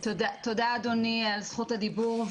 תודה על זכות הדיבור.